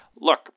Look